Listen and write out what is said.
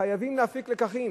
חייבים להפיק לקחים,